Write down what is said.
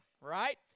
right